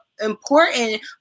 important